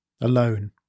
alone